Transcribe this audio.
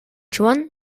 joan